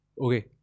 Okay